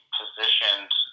positioned